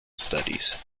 studies